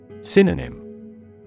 Synonym